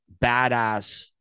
badass